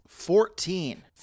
Fourteen